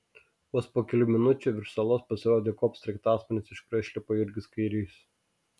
vos po kelių minučių virš salos pasirodė kop sraigtasparnis iš kurio išlipo jurgis kairys